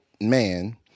man